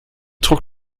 trok